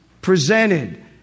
presented